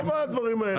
לא בדברים האלה.